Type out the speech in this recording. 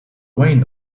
vane